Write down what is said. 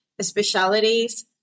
Specialities